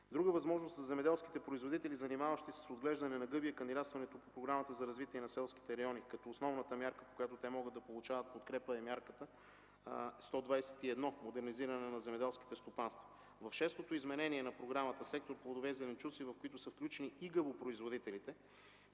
Друга възможност на земеделските производители, занимаващи се с отглеждане на гъби, е кандидатстването по Програма за развитие на селските райони. Основната мярка, по която те могат да получават подкрепа, е Мярка 121 „Модернизиране на земеделските стопанства”. В шестото изменение на Програмата сектор „Плодове и зеленчуци”, в което са включени и гъбопроизводителите,